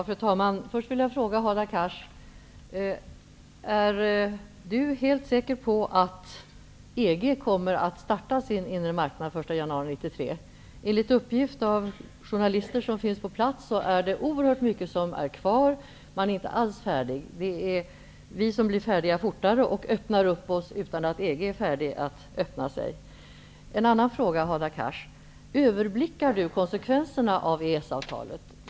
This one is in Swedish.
Fru talman! Först vill jag fråga: Är Hadar Cars helt säker på att EG kommer att starta sin inre marknad den 1 januari 1993? Enligt uppgift av journalister som finns på plats är det oerhört mycket kvar, och man är inte alls färdig. Det är vi som blir färdiga fortare och öppnar oss, utan att man i EG är beredd att öppna sig. Jag vill ställa en annan fråga: Överblickar Hadar Cars konsekvenserna av EES-avtalet?